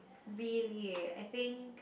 really I think